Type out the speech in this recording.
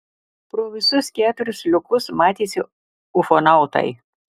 pro visus keturis liukus matėsi ufonautai